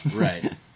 Right